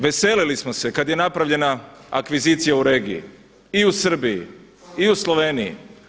Veselili smo se kad je napravljena akvizicija u regiji i u Srbiji i u Sloveniji.